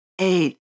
eight